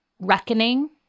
reckoning